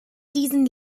diesen